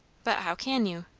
but how can you?